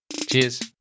Cheers